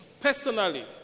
personally